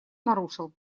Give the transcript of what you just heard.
нарушил